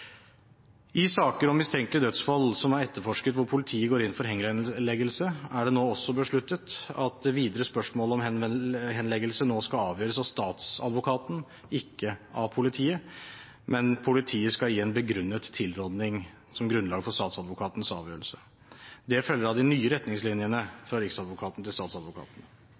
I saker om mistenkelige dødsfall som er etterforsket, hvor politiet går inn for henleggelse, er det også besluttet at det videre spørsmålet om henleggelse nå skal avgjøres av statsadvokaten, ikke av politiet, men politiet skal gi en begrunnet tilråding som grunnlag for Statsadvokatens avgjørelse. Dette følger av de nye retningslinjene fra Riksadvokaten til